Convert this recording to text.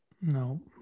No